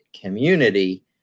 community